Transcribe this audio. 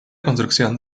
construcción